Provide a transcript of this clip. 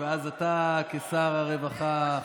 ואז אתה כשר הרווחה,